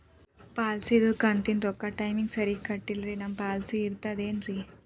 ಪಾಲಿಸಿದು ಕಂತಿನ ರೊಕ್ಕ ಟೈಮಿಗ್ ಸರಿಗೆ ಕಟ್ಟಿಲ್ರಿ ನಮ್ ಪಾಲಿಸಿ ಇರ್ತದ ಏನ್ರಿ?